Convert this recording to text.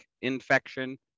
infection